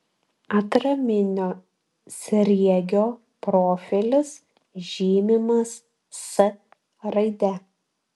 atraminio sriegio profilis žymimas s raide